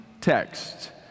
text